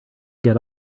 get